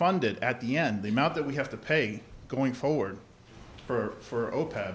it at the end the amount that we have to pay going forward for opec